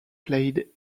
played